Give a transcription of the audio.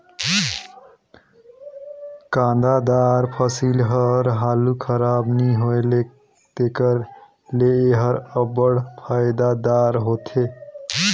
कांदादार फसिल हर हालु खराब नी होए तेकर ले एहर अब्बड़ फएदादार होथे